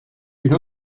une